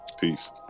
Peace